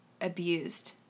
abused